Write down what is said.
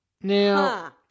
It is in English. Now